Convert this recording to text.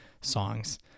songs